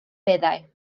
beddau